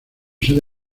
sede